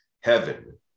heaven